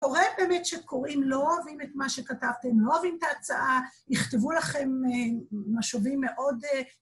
קורה באמת שקוראים לא אוהבים את מה שכתבתם, לא אוהבים את ההצעה, יכתבו לכם משובים מאוד..